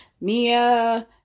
Mia